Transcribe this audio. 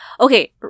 okay